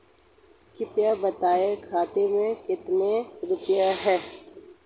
कृपया बताएं खाते में कितने रुपए हैं?